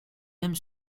même